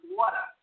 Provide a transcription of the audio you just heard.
water